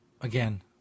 again